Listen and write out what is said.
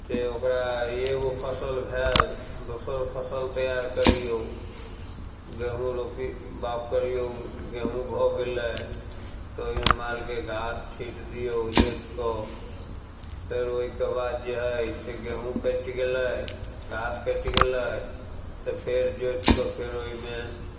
से ओकरा एगो फसल भेल दोसर फसल तैयार करियौ गेहूँ रोपि बाग करियौ गेहूँ भऽ गेलै तऽ ओहिमे मालके गाछ छीँटि दियौ जोति कऽ फेर ओहिके बाद जे हइ से गेहूँ कटि गेलै घास कटि गेलै तऽ फेर जोति कऽ फेर ओहिमे